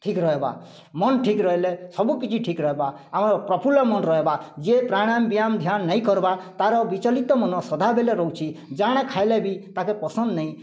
ଠିକ୍ ରହେବା ମନ୍ ଠିକ୍ ରହେଲେ ସବୁକିଛି ଠିକ୍ ରହେବା ଆମର୍ ପ୍ରଫୁଲ୍ଳ ମନ୍ ରହେବା ଯିଏ ପ୍ରାଣାୟମ୍ ବ୍ୟାୟାମ୍ ଧ୍ୟାନ୍ ନାଇ କର୍ବାର୍ ତାର୍ ବିଚଳିତ ମନ୍ ସଦାବେଲେ ରହୁଛେ ଜା'ଣା ଖାଏଲେ ବି ତା'କେ ପସନ୍ଦ୍ ନାଇ